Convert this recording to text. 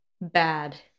bad